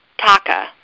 Taka